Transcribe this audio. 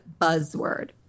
buzzword